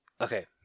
Okay